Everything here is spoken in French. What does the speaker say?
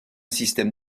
système